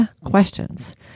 questions